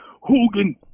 Hogan